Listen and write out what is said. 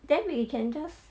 then we can just